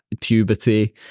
puberty